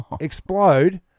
explode